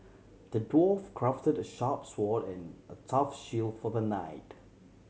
the dwarf crafted a sharp sword and a tough shield for the knight